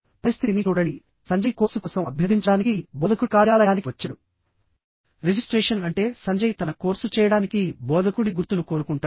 పరిస్థితిని చూడండి సంజయ్ కోర్సు కోసం అభ్యర్థించడానికి బోధకుడి కార్యాలయానికి వచ్చాడు రిజిస్ట్రేషన్ అంటే సంజయ్ తన కోర్సు చేయడానికి బోధకుడి గుర్తును కోరుకుంటాడు